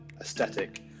aesthetic